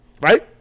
right